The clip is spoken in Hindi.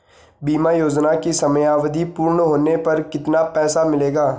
बीमा योजना की समयावधि पूर्ण होने पर कितना पैसा मिलेगा?